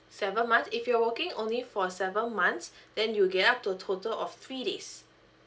seven months if you're working only for seven months then you'll get up to total of three days